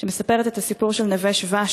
שמספרת את הסיפור של "נווה שבא",